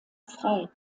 frei